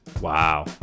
Wow